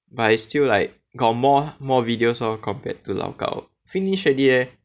but I still like got more more videos lor compared to lao gao finish already leh